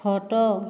ଖଟ